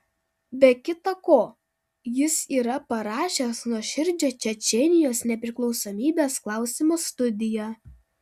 be kita ko jis yra parašęs nuoširdžią čečėnijos nepriklausomybės klausimo studiją